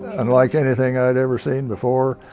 and unlike anything i'd ever seen before,